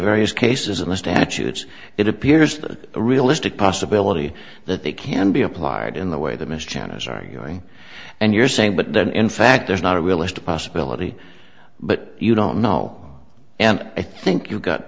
various cases in the statutes it appears that a realistic possibility that they can be applied in the way that mr chen is arguing and you're saying but then in fact there's not a realistic possibility but you don't know and i think you've got